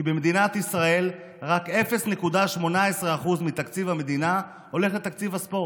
כי במדינת ישראל רק 0.18% מתקציב המדינה הולך לתקציב הספורט.